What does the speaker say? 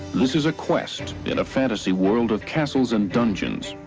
this is a quest in a fantasy world of castles and dungeons,